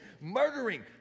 murdering